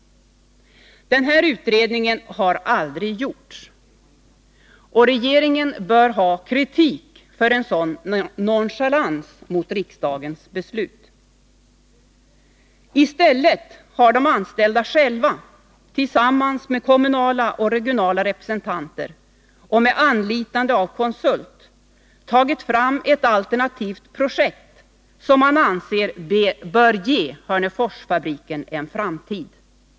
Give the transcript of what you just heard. Denna utredning har aldrig gjorts. Regeringen bör ha kritik för en sådan nonchalans mot riksdagens beslut. I stället har de anställda själva tillsammans med kommunala och regionala representanter och med anlitande av konsult tagit fram ett alternativt projekt, som man anser bör ge Hörneforsfabriken en framtid.